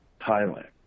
thailand